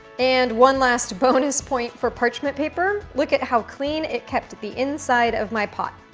and one last bonus point for parchment paper. look at how clean it kept the inside of my pot.